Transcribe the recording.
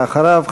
ואחריו,